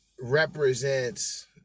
represents